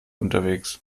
unterwegs